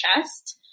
chest